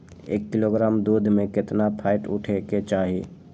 एक किलोग्राम दूध में केतना फैट उठे के चाही?